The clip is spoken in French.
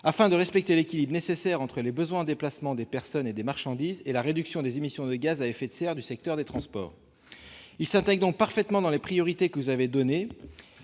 afin de respecter l'équilibre nécessaire entre, d'une part, les besoins en déplacement des personnes et des marchandises et, d'autre part, la réduction des émissions de gaz à effet de serre par le secteur des transports. Ses dispositions s'intègrent donc parfaitement dans les priorités que vous avez données,